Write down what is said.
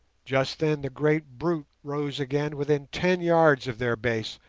just then the great brute rose again within ten yards of their base,